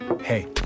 Hey